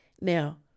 Now